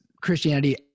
christianity